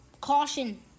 Caution